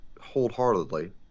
wholeheartedly